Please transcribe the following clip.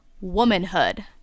womanhood